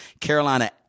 Carolina